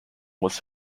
was